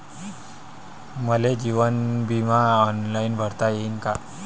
मले जीवन बिमा ऑनलाईन भरता येईन का?